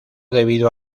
debido